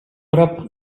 prop